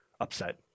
upset